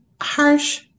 harsh